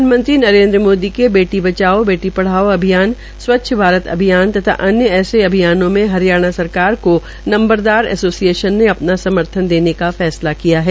प्रधानमंत्री नरेन्द्र मोदी के बेटी बचाओ बेटी पढ़ाओ अभियान स्वच्छ भारत अभियान तथा अन्य ऐसे अभियानों में हरियाणा सरकार को नंबरदार एसोसिएशन ने अपना समर्थन देने का फैसला किया है